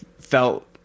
felt